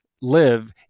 live